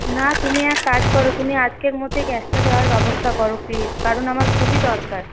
না তুমি এক কাজ করো তুমি আজকের মধ্যেই গ্যাসটা দেওয়ার ব্যবস্থা করো প্লিজ কারণ আমার খুবই দরকার